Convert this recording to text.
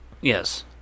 Yes